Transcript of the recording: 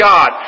God